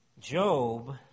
Job